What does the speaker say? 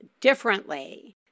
differently